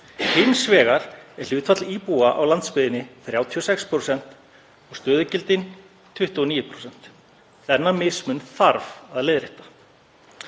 Hins vegar er hlutfall íbúa á landsbyggðinni 36% og stöðugildin 29%. Þennan mismun þarf að leiðrétta.